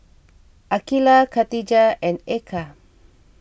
Aqilah Katijah and Eka